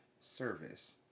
service